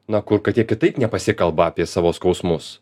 na kur kad jie kitaip nepasikalba apie savo skausmus